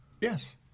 Yes